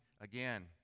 again